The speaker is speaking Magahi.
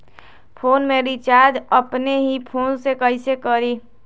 फ़ोन में रिचार्ज अपने ही फ़ोन से कईसे करी?